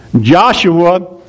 Joshua